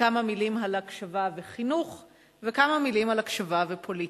כמה מלים על הקשבה וחינוך וכמה מלים על הקשבה ופוליטיקה.